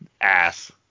ass